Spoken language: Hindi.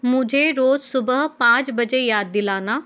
मुझे रोज़ सुबह पाँच बजे याद दिलाना